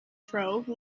trove